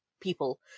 people